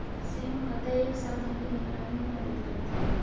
संयुक्त खाता एक साथ धन की निगरानी में मदद करता है